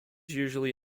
usually